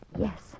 Yes